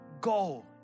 Go